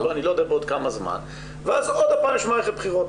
אני לא יודע בעוד כמה זמן ואז עוד פעם יש מערכת בחירות.